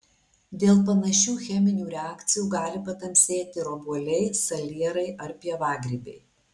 dėl panašių cheminių reakcijų gali patamsėti ir obuoliai salierai ar pievagrybiai